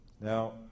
Now